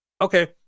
Okay